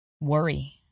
worry